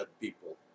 people